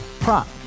Prop